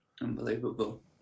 Unbelievable